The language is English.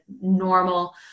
normal